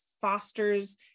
fosters